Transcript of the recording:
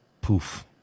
poof